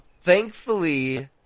thankfully